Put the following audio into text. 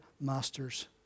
master's